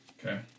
Okay